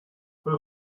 her